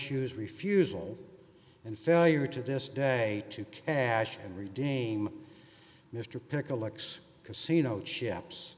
shoes refusal and failure to this day to cash and redeem mr pickle looks casino chips